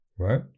Right